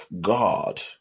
god